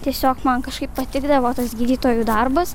tiesiog man kažkaip patikdavo tas gydytojų darbas